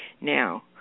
Now